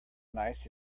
nice